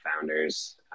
founders